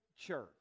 church